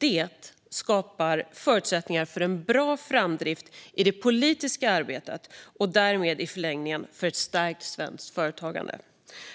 Det skapar förutsättningar för en bra framdrift i det politiska arbetet och därmed i förlängningen för ett stärkt svenskt företagande.